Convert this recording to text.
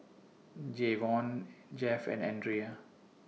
Jayvon Jeff and Andrea